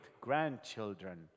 grandchildren